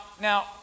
now